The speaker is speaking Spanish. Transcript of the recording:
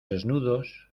desnudos